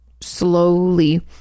slowly